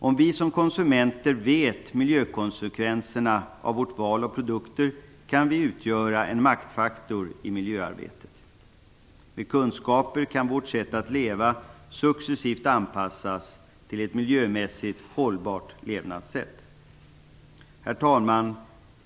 Om vi som konsumenter vet miljökonsekvenserna av vårt val av produkter kan vi utgöra en maktfaktor i miljöarbetet. Med kunskaper kan vårt sätt att leva successivt anpassas till ett miljömässigt hållbart levnadssätt. Herr talman!